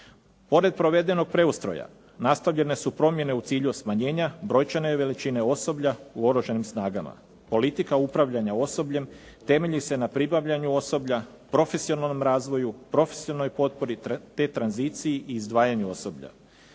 Pored provedenog preustroja, nastavljene su promjene u cilju smanjenja brojčane veličine osoblja u Oružanim snagama. Politika upravljanja osobljem temelji se na pribavljanju osoblja, profesionalnom razvoju, profesionalnoj potpori te tranziciji i izdvajanju osoblja.